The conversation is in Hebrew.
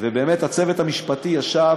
ובאמת הצוות המשפטי ישב